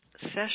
session